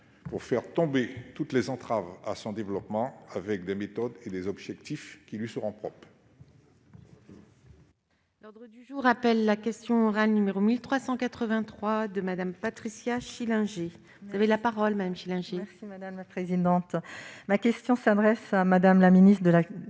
pour faire tomber toutes les entraves à son développement, avec des méthodes et des objectifs qui lui soient propres